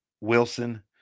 Wilson